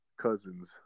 cousins